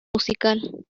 musical